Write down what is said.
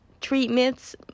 treatments